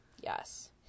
Yes